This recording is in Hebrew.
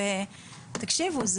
תקשיבו,